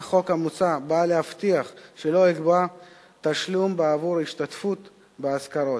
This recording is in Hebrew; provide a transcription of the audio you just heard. החוק המוצע בא להבטיח שלא ייגבה תשלום בעבור השתתפות באזכרות,